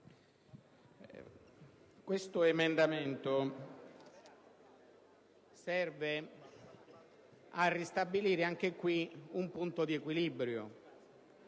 questo emendamento serve a ristabilire un punto di equilibrio,